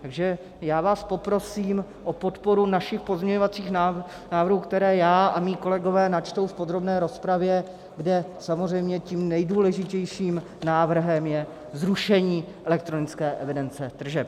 Takže vás poprosím o podporu našich pozměňovacích návrhů, které já a mí kolegové načteme v podrobné rozpravě, kde samozřejmě tím nejdůležitějším návrhem je zrušení elektronické evidence tržeb.